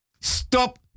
Stop